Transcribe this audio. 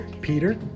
Peter